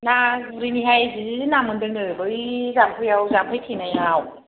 ना गुरहैनिहाय जि ना मोनदोंनो बै जामोफैयाव जामफै थेनायाव